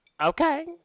Okay